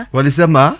Walisema